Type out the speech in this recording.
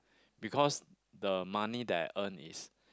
because the money that I earn is